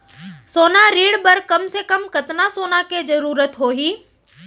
सोना ऋण बर कम से कम कतना सोना के जरूरत होही??